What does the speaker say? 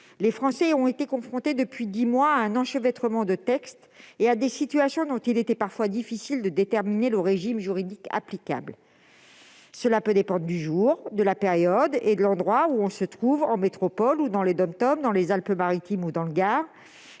les Français ont été confrontés depuis dix mois à un enchevêtrement de textes et à des situations dont il était parfois difficile de déterminer le régime juridique applicable. Celui-ci peut, en effet, dépendre du jour, de la période et de l'endroit où l'on se trouve, en métropole ou dans les outre-mer, dans les Alpes-Maritimes ou dans le Gard.